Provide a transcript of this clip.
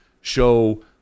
show